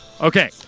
Okay